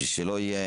בשביל שלא יהיה